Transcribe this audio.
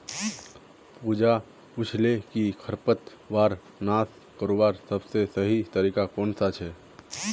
पूजा पूछाले कि खरपतवारक नाश करवार सबसे सही तरीका कौन सा छे